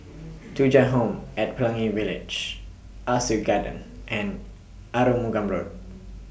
Thuja Home At Pelangi Village Ah Soo Garden and Arumugam Road